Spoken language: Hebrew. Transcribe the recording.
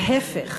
להפך: